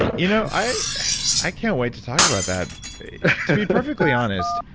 you know, i i can't wait to talk about that. to be perfectly honest,